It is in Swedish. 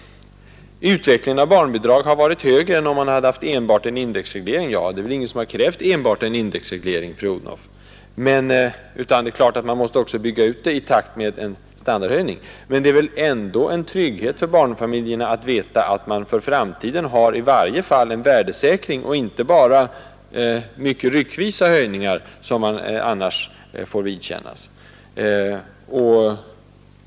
Utvecklingen av barnbidragen har varit bättre än om man hade haft enbart en indexreglering, säger familjeministern. Ja, det är väl ingen som har krävt enbart en indexreglering, fru Odhnoff, utan det är klart att man måste bygga ut barnbidragen i takt med standardhöjningen. Men det vore ändå en trygghet för barnfamiljerna att veta att de för framtiden alltid har en automatisk värdesäkring och inte bara får mycket ryckvisa höjningar.